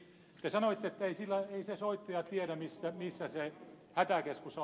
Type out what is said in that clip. te sanoitte että ei se soittaja tiedä missä se hätäkeskus on